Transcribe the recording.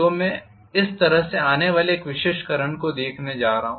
तो मैं इस तरह से आने वाले एक विशेष करंट को देखने जा रहा हूं